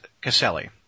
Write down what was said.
Caselli